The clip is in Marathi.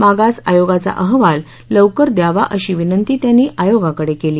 मागास आयोगाचा अहवाल लवकर द्यावा अशी विनंती त्यांनी आयोगाकडे केली